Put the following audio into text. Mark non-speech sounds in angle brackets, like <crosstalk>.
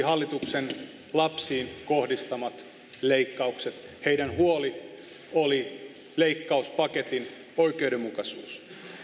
<unintelligible> hallituksen lapsiin kohdistamista leikkauksista heillä oli huoli leikkauspaketin oikeudenmukaisuudesta